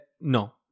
No